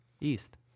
East